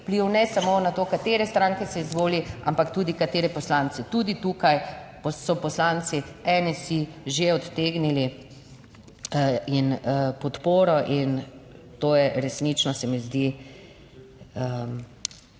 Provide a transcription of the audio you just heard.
ne samo na to, katere stranke se izvoli, ampak tudi kateri poslanci. Tudi tukaj so poslanci NSi že odtegnili in podporo. In resnično se mi zdi.